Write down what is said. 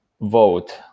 vote